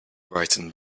brightened